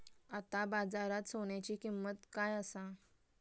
आता बाजारात सोन्याची किंमत काय असा?